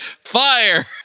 fire